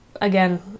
again